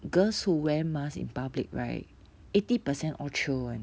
girls who wear masks in public right eighty percent all chio [one]